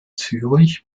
zürich